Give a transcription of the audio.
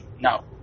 No